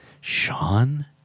Sean